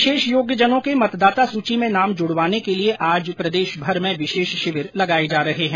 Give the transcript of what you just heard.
विशेषयोग्यजनों के मतदाता सूची में नाम जुड़वाने के लिए आज प्रदेशभर में विशेष शिविर लगाए जा रहे हैं